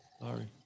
Sorry